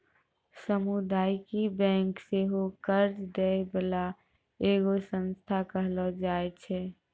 समुदायिक बैंक सेहो कर्जा दै बाला एगो संस्थान कहलो जाय छै